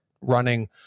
running